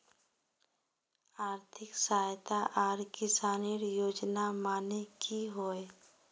आर्थिक सहायता आर किसानेर योजना माने की होय?